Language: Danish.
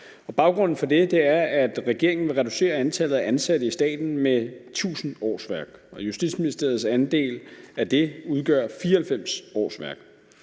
Baggrunden for det er, at regeringen vil reducere antallet af ansatte i staten med 1.000 årsværk. Justitsministeriets andel af det udgør 94 årsværk.